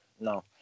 no